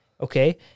Okay